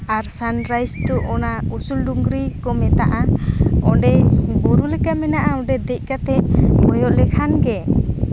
ᱟᱨ ᱥᱟᱱᱨᱟᱭᱤᱥ ᱫᱚ ᱚᱱᱟ ᱩᱥᱩᱞ ᱰᱩᱝᱨᱤ ᱠᱚ ᱢᱮᱛᱟᱼᱟ ᱚᱸᱰᱮ ᱵᱩᱨᱩ ᱞᱮᱠᱟ ᱢᱮᱱᱟᱜᱼᱟ ᱚᱸᱰᱮ ᱫᱮᱡ ᱠᱟᱛᱮᱫ ᱠᱚᱭᱚᱜ ᱞᱮᱠᱷᱟᱱᱜᱮ